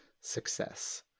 success